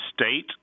state